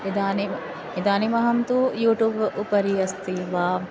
इदानीम् इदानीमहं तु यूटूब् उपरि अस्ति वा